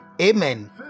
amen